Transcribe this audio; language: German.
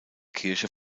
kirche